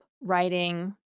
writing